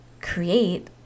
create